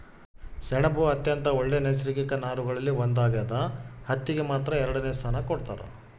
ಸೆಣಬು ಅತ್ಯಂತ ಒಳ್ಳೆ ನೈಸರ್ಗಿಕ ನಾರುಗಳಲ್ಲಿ ಒಂದಾಗ್ಯದ ಹತ್ತಿಗೆ ಮಾತ್ರ ಎರಡನೆ ಸ್ಥಾನ ಕೊಡ್ತಾರ